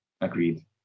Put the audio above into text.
Agreed